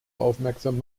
aufmerksam